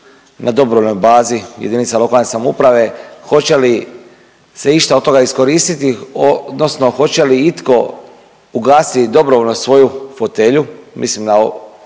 na dobrovoljnoj bazi jedinica lokalne samouprave, hoće li se išta od toga iskoristiti odnosno hoće li itko ugasiti dobrovoljno svoju fotelju, mislim na